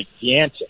gigantic